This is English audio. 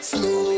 Slow